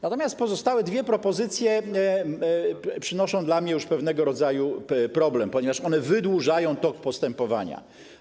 Natomiast pozostałe dwie propozycje stanowią dla mnie pewnego rodzaju problem, ponieważ one wydłużają tok postępowania.